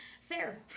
fair